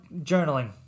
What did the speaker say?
journaling